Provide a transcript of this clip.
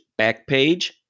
backpage